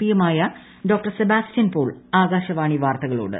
P യുമായ doctor Sebastian Paul Akashvani വാർത്തകളോട്